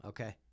Okay